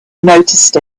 noticed